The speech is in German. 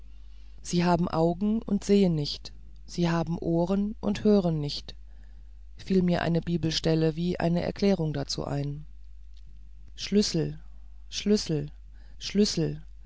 sie haben augen und sehen nicht sie haben ohren und hören nicht fiel mir eine bibelstelle wie eine erklärung dazu ein schlüssel schlüssel schlüssel